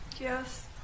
Yes